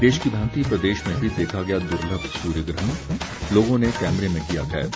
देश की भांति प्रदेश में भी देखा गया दुर्लभ सूर्यग्रहण लोगों ने कैमरे में किया कैद